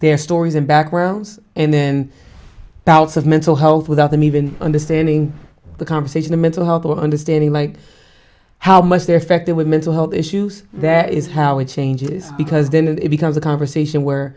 their stories and backgrounds in bouts of mental health without them even understanding the conversation the mental health the understanding by how much they're affected with mental health issues that is how it changes because then it becomes a conversation where